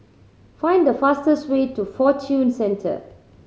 find the fastest way to Fortune Centre